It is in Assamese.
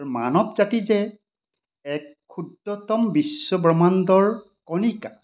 আৰু মানৱ জাতি যে এক ক্ষুদ্ৰতম বিশ্বব্ৰহ্মাণ্ডৰ কণিকা